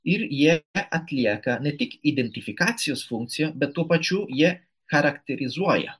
ir jie atlieka ne tik identifikacijos funkciją bet tuo pačiu jie charakterizuoja